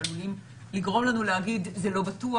שעלולים לגרום לנו להגיד: זה לא בטוח,